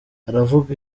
aravuga